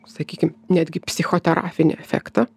sakykim netgi psichoterapinį efektą